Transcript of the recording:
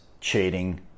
cheating